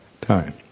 time